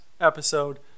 episode